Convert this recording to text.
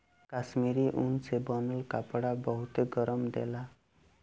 कश्मीरी ऊन के बनल कपड़ा बहुते गरमि देला